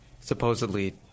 supposedly